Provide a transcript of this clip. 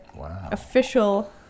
official